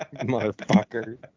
Motherfucker